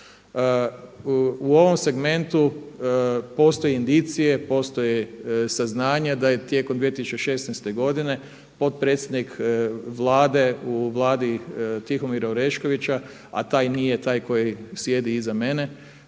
U ovom segmentu postoje indicije, postoje saznanja da je tijekom 2016. godine potpredsjednik Vlade u Vladi Tihomira Oreškovića a taj nije taj koji sjedi iza mene